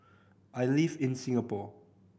I live in Singapore